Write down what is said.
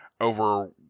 over